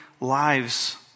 lives